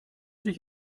dich